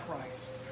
Christ